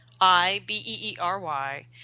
I-B-E-E-R-Y